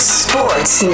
sports